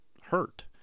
hurt